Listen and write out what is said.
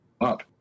up